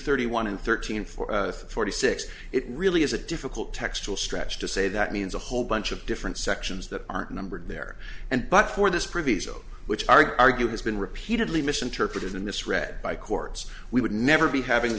thirty one and thirteen four forty six it really is a difficult textual stretch to say that means a whole bunch of different sections that aren't numbered there and but for this privies of which argue has been repeatedly misinterpreted and misread by courts we would never be having